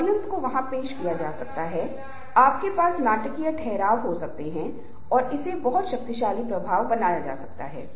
norming चरण समूह संरचना के ठोसकरण और समूह की पहचान और सौहार्द की भावना के साथ खत्म हो गया है